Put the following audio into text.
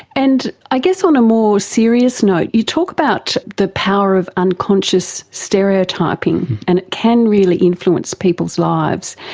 and i guess on a more serious note, you talk about the power of unconscious stereotyping, and it can really influence people's lives.